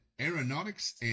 Aeronautics